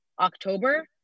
October